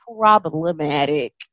problematic